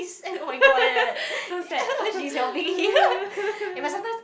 so sad